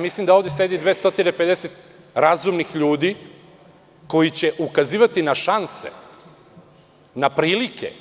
Mislim da ovde sedi 250 razumnih ljudi koji će ukazivati na šanse, na prilike,